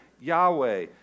Yahweh